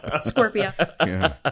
Scorpio